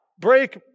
break